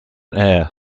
ayr